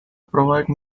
provide